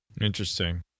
interesting